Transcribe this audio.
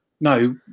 no